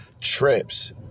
trips